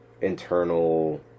internal